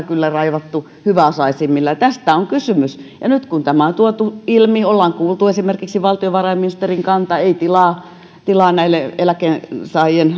kyllä raivattu hyväosaisimmille tästä on kysymys nyt kun tämä on tuotu ilmi ja ollaan kuultu esimerkiksi valtiovarainministerin kanta ei tilaa tilaa eläkkeensaajien